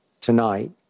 Tonight